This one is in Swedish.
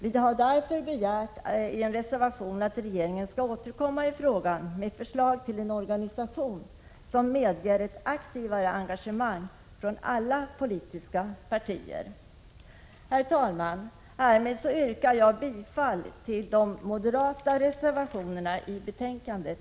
Vi har därför i en reservation begärt att regeringen skall lägga fram förslag till en organisation som medger ett aktivare engagemang från alla politiska partier. Herr talman! Härmed yrkar jag bifall till de moderata reservationerna i betänkandet.